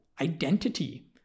identity